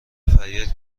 فریاد